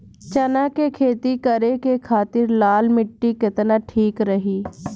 चना के खेती करे के खातिर लाल मिट्टी केतना ठीक रही?